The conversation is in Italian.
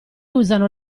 usano